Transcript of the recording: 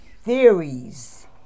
Theories